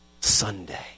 Sunday